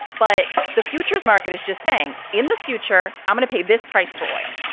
but the futures market is just saying in the future, i'm going to pay this price for oil.